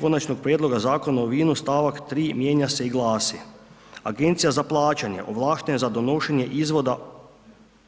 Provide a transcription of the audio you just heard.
Konačnog prijedloga Zakona u vinu, stavak 3. mijenja se i glasi: Agencija za plaćanje ovlaštena za donošenje izvoda